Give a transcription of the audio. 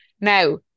Now